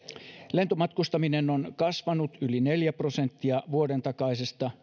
lentomatkustaminen on kasvanut yli neljä prosenttia vuoden takaisesta